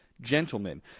Gentlemen